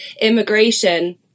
immigration